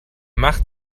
macht